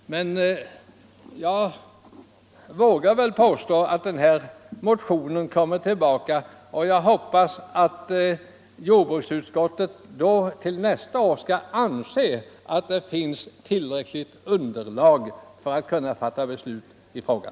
Men jag vågar påstå att motionen kommer tillbaka. Jag hoppas att jordbruksutskottet nästa år skall anse att det finns ett tillräckligt underlag för att fatta beslut i frågan.